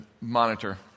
monitor